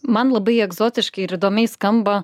man labai egzotiškai ir įdomiai skamba